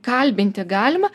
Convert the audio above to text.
kalbinti galima